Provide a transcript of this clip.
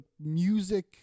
music